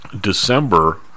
December